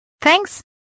Thanks